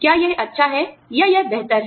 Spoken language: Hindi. क्या यह अच्छा है या यह बेहतर है